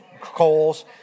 coals